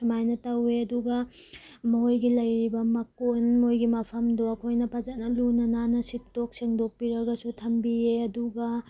ꯁꯨꯃꯥꯏꯅ ꯇꯧꯋꯦ ꯑꯗꯨꯒ ꯃꯣꯏꯒꯤ ꯂꯩꯔꯤꯕ ꯃꯀꯣꯟ ꯃꯣꯏꯒꯤ ꯃꯐꯝꯗꯣ ꯑꯩꯈꯣꯏꯅ ꯐꯖꯅ ꯂꯨꯅ ꯅꯥꯟꯅ ꯁꯤꯠꯇꯣꯛ ꯁꯦꯡꯗꯣꯛꯄꯤꯔꯒꯁꯨ ꯊꯝꯕꯤꯌꯦ ꯑꯗꯨꯒ